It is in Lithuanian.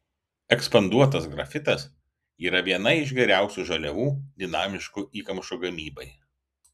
ekspanduotas grafitas yra viena iš geriausių žaliavų dinamiškų įkamšų gamybai